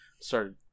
started